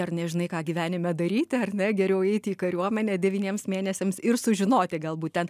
ar nežinai ką gyvenime daryti ar ne geriau eiti į kariuomenę devyniems mėnesiams ir sužinoti galbūt ten